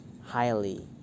highly